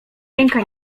ręka